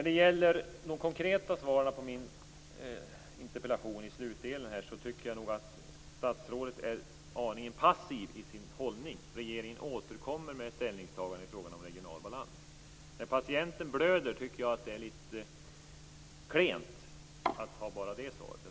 Vad gäller de konkreta svaren på slutdelen i min interpellation tycker jag nog att statsrådet är aningen passiv i sin hållning. Regeringen skall återkomma med ett ställningstagande i frågan om regional balans. Men när patienten blöder är det klent att bara komma med det svaret.